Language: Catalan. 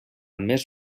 més